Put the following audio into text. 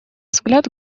взгляд